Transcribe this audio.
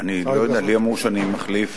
אני לא יודע, לי אמרו שאני מחליף,